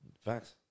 Facts